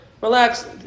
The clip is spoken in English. relax